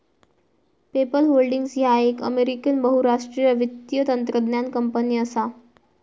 PayPal Holdings ह्या एक American बहुराष्ट्रीय वित्तीय तंत्रज्ञान कंपनी असा